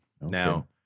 Now